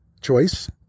choice